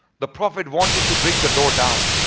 the prophet wanted to bring the door down.